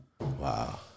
Wow